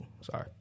sorry